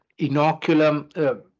inoculum